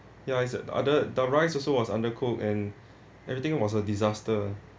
ya it's other the rice also was undercooked and everything was a disaster